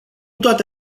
toate